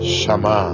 Shama